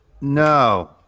No